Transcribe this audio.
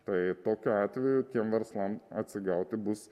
tai tokiu atveju tiem verslam atsigauti bus